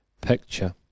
picture